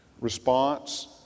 response